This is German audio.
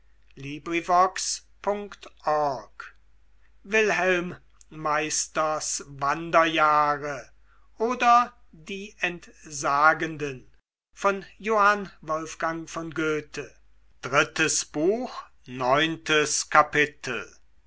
wilhelm meisters wanderjahre oder die entsagenden